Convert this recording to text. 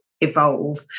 evolve